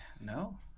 No